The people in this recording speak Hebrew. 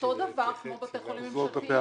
אותו דבר כמו שמקבלים בתי חולים ממשלתיים.